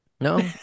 No